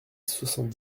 soixante